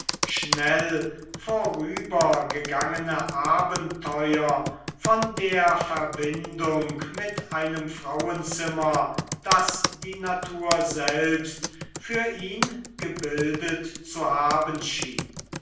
schnell vorübergegangene abenteuer von der verbindung mit einem frauenzimmer das die natur selbst für ihn gebildet zu haben schien